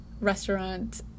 restaurant